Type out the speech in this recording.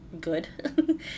good